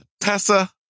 Tessa